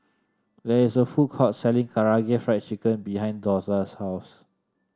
there is a food court selling Karaage Fried Chicken behind Dortha's house